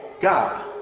God